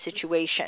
situation